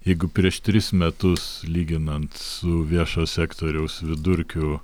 jeigu prieš tris metus lyginant su viešo sektoriaus vidurkiu